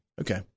Okay